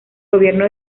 gobierno